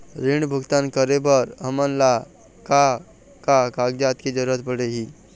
ऋण भुगतान करे बर हमन ला का का कागजात के जरूरत पड़ही?